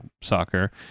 soccer